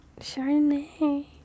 Chardonnay